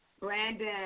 Brandon